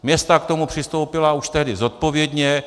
Města k tomu přistoupila už tehdy zodpovědně.